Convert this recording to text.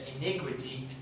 iniquity